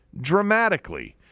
dramatically